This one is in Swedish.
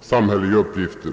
samhälleliga uppgifter.